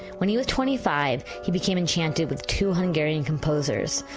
when he was twenty five, he became enchanted with to hungarian composers,